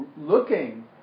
looking